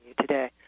today